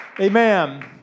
Amen